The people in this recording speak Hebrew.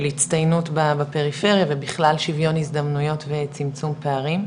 הצטיינות בפריפריה ובכלל שיווין הזדמנויות וצמצום פערים,